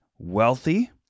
wealthy